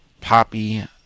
Poppy